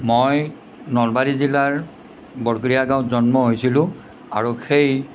মই নলবাৰী জিলাৰ বৰকুঢ়িয়া গাঁৱত জন্ম হৈছিলোঁ আৰু সেই